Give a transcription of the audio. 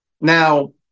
Now